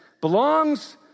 belongs